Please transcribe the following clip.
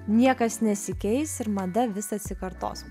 niekas nesikeis ir mada vis atsikartos